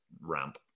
RAMP